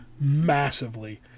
massively